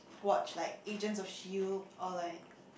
watch like Agents of Shield or like